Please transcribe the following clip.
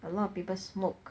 a lot of people smoke